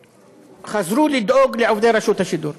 וחזרו לדאוג לעובדי רשות השידור.